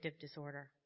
disorder